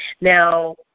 Now